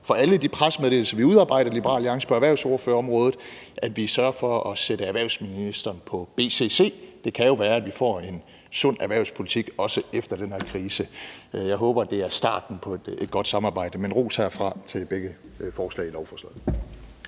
angår alle de pressemeddelelser, Liberal Alliance udarbejder på erhvervsordførerområdet, at sætte erhvervsministeren på Bcc. Det kan jo være, at vi får en sund erhvervspolitik også efter den her krise. Jeg håber, at det er starten på et godt samarbejde. Man ros herfra for begge forslag i lovforslaget.